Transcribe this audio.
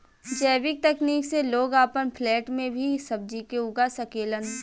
जैविक तकनीक से लोग आपन फ्लैट में भी सब्जी के उगा सकेलन